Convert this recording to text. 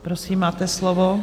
Prosím, máte slovo.